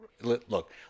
look